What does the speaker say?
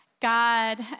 God